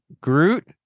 Groot